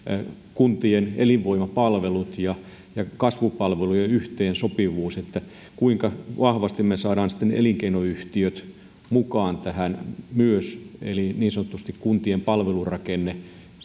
kuntien elinvoimapalvelut ja kasvupalvelujen yhteensopivuus kuinka vahvasti me saamme sitten myös elinkeinoyhtiöt mukaan tähän eli niin sanotusti kuntien palvelurakenteen